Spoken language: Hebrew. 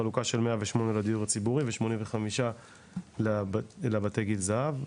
בחלוקה של 108 לדיור הציבורי ו-85 לבתי גיל הזהב.